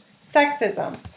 Sexism